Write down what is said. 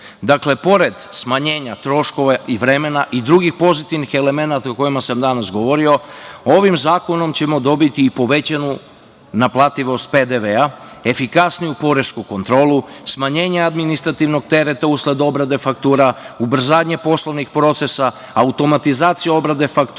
Dakle, pored smanjenja troškova i vremena i drugih pozitivnih elemenata o kojima sam danas govorio, ovim zakonom ćemo dobiti i povećanu naplativost PDV, efikasniju poresku kontrolu, smanjenje administrativnog tereta usled obrade faktura, ubrzanje poslovnih procesa, automatizaciju obrade faktura